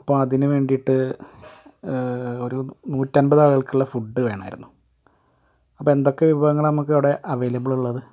അപ്പം അതിന് വേണ്ടിയിട്ട് ഒരു നൂറ്റമ്പത് ആളുകൾക്കുള്ള ഫുഡ്ഡ് വേണമായിരുന്നു അപ്പം എന്തൊക്കെ വിഭവങ്ങളാണ് നമുക്കവിടെ അവൈലബിൾ ഉള്ളത്